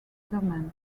domain